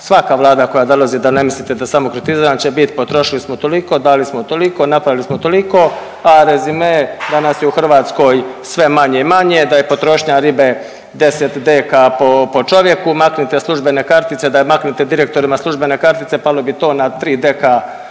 svaka Vlada koja dolazi da ne mislite da samo kritiziram će biti potrošili smo toliko, dali smo toliko, napravili smo toliko, a rezime danas je u Hrvatskoj manje i manje, da je potrošnja ribe 10 deka po čovjeku. Maknite službene kartice, daj maknite direktorima službene kartice palo bi to na 3 deka